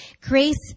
grace